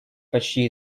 почти